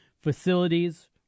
facilities